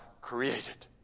created